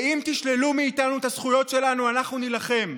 אם תשללו מאיתנו את הזכויות שלנו, אנחנו נילחם.